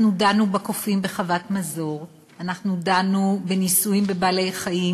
אנחנו דנו בקופים בחוות "מזור"; אנחנו דנו בניסויים בבעלי-חיים